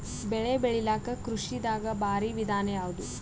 ಬೆಳೆ ಬೆಳಿಲಾಕ ಕೃಷಿ ದಾಗ ಭಾರಿ ವಿಧಾನ ಯಾವುದು?